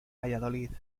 valladolid